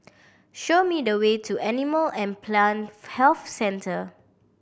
show me the way to Animal and Plant Health Centre